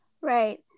right